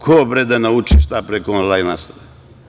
Ko bre da nauči šta preko onlajn nastave?